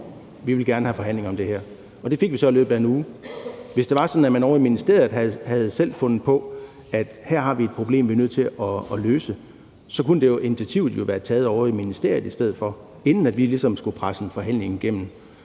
Vi vil gerne have forhandlinger om det her. Og det fik vi så i løbet af en uge. Hvis det var sådan, at man ovre i ministeriet selv havde fundet frem til, at der var tale om et problem, ministeriet var nødt til at løse, så kunne initiativet jo være taget ovre i ministeriet i stedet for, inden vi ligesom skulle presse en forhandling igennem.